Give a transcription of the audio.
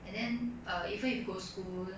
and then err even if you go school